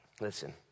Listen